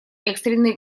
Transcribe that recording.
экстренные